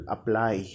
Apply